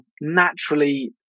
naturally